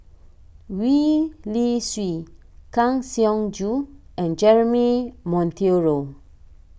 Gwee Li Sui Kang Siong Joo and Jeremy Monteiro